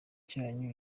cyanyu